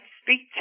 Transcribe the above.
speak